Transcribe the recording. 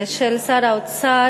ולא עם המדיניות של שר האוצר,